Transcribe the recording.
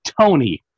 Tony